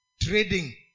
trading